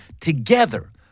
together